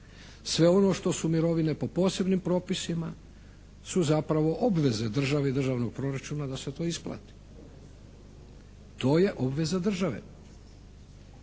Sve ono što su mirovine po posebnim propisima su zapravo obveze državi i državnog proračuna da se to isplati. To je obveza države.